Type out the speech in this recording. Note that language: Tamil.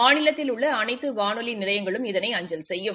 மாநிலத்தில் உள்ள அனைத்து வானொலி நிலையங்களும் இதனை அஞ்சல் செய்யும்